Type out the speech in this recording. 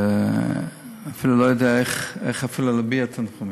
אפילו לא יודע איך להביע תנחומים,